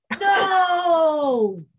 No